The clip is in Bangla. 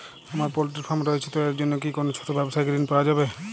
আমার পোল্ট্রি ফার্ম রয়েছে তো এর জন্য কি কোনো ছোটো ব্যাবসায়িক ঋণ পাওয়া যাবে?